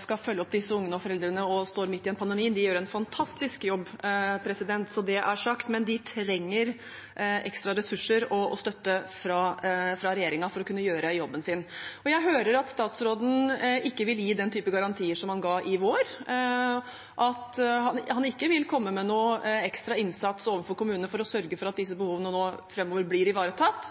skal følge opp disse ungene og foreldrene og står midt i en pandemi, gjør en fantastisk jobb – så det er sagt. Men de trenger ekstra ressurser og støtte fra regjeringen for å kunne gjøre jobben sin. Jeg hører at statsråden ikke vil gi den typen garantier som han ga i vår, at han ikke vil komme med noen ekstra innsats overfor kommunene for å sørge for at disse behovene blir ivaretatt